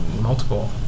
multiple